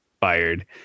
fired